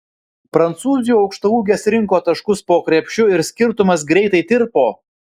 prancūzių aukštaūgės rinko taškus po krepšiu ir skirtumas greitai tirpo